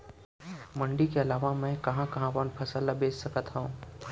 मण्डी के अलावा मैं कहाँ कहाँ अपन फसल ला बेच सकत हँव?